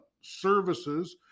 services